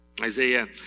Isaiah